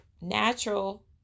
Natural